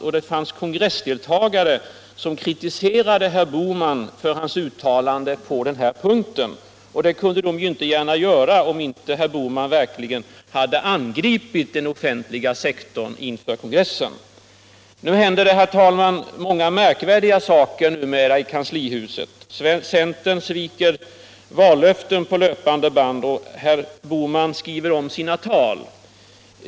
Det fanns också kongressdeltagare som kritiserade herr Bohman för hans uttalande på den här punkten, och det kunde de inte gärna göra om herr Bohman inte verkligen hade angripit den offentliga sektorn inför kongressen. Numera händer det, herr talman, många märkliga saker i kanslihuset. Centern sviker vallöften på löpande band och herr Bohman skriver om sina tal.